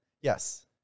Yes